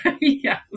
Yes